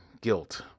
guilt